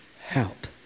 help